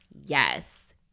yes